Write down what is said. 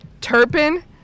Turpin